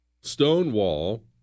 Stonewall